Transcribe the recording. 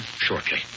shortly